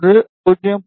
ஒன்று 0